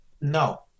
No